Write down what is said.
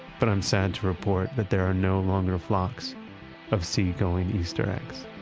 but i'm sad to report that there are no longer flocks of sea-going easter eggs